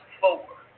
four